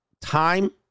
time